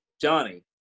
Johnny